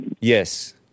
Yes